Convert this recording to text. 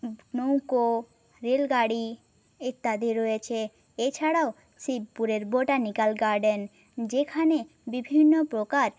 নৌকো রেলগাড়ি ইত্যাদি রয়েছে এছাড়াও শিবপুরের বোটানিক্যাল গার্ডেন যেখানে বিভিন্ন প্রকার